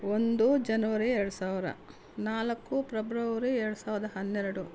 ಒಂದು ಜನವರಿ ಎರಡು ಸಾವಿರ ನಾಲ್ಕು ಪ್ರೆಬ್ರವರಿ ಎರಡು ಸಾವಿರದ ಹನ್ನೆರಡು